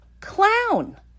clown